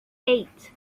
eight